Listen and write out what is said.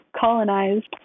colonized